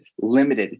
limited